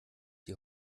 die